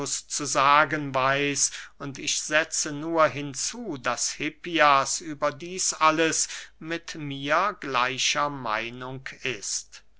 zu sagen weiß und ich setze nur hinzu daß hippias über dieß alles mit mir gleicher meinung ist